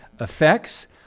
effects